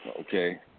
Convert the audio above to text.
Okay